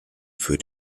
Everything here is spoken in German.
für